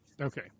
Okay